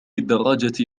الدراجة